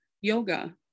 yoga